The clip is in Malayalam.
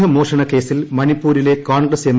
ആയുധ മോഷണ കേസിൽ മണിപ്പൂരിലെ കോൺഗ്രസ്സ് എം